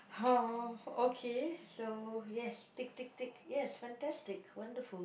!huh! okay so yes tick tick tick yes fantastic wonderful